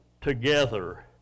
together